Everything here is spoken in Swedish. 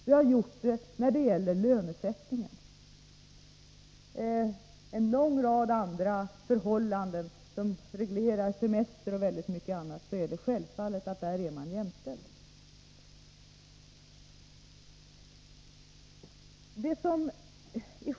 Vi har gjort det när det gäller lönesättningen. I fråga om en lång rad andra förhållanden, t.ex. när det gäller semester och mycket annat, är det självklart att man är jämställd.